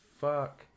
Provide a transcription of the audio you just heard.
fuck